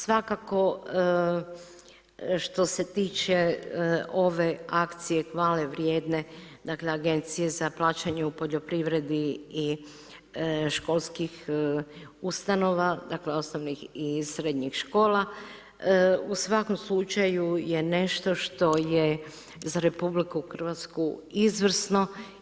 Svakako što se tiče ove akcije hvalevrijedne, dakle Agencije za plaćanje u poljoprivredi i školskih ustanova, dakle osnovnih i srednjih škola, u svakom slučaju je nešto što je za RH izvrsno.